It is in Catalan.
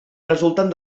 resulten